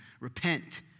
Repent